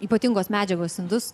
ypatingos medžiagos indus